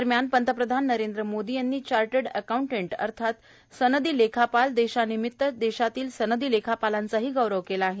दरम्यान पंतप्रधान नरेंद्र मोदी यांनी चार्टर्ड अकांउटंट अर्थात सनदी लेखापाल दिनानिमित्त देशातल्या सनदी लेखापालांचा गौरव केला आहे